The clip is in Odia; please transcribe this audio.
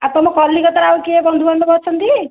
ଆପଣଙ୍କ କଲିକତା ରେ ଆଉ କିଏ ବନ୍ଧୁ ବାନ୍ଧବ ଅଛନ୍ତି